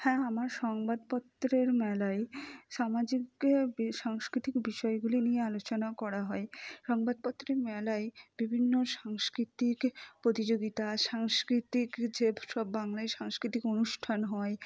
হ্যাঁ আমার সংবাদপত্রের মেলায় সামাজিক সাংস্কৃতিক বিষয়গুলি নিয়ে আলোচনা করা হয় সংবাদপত্রের মেলায় বিভিন্ন সাংস্কৃতিক প্রতিযোগিতা সাংস্কৃতিক যে সব বাংলায় সাংস্কৃতিক অনুষ্ঠান হয়